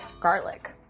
garlic